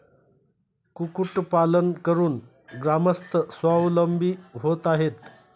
कुक्कुटपालन करून ग्रामस्थ स्वावलंबी होत आहेत